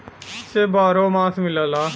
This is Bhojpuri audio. सेब बारहो मास मिलला